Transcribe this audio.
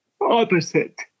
opposite